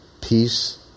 peace